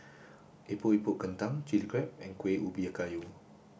Epok Epok Kentang Chilli Crab and Kuih Ubi Kayu